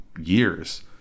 years